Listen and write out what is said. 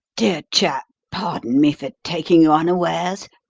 dear chap, pardon me for taking you unawares,